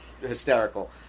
hysterical